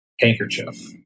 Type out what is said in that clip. handkerchief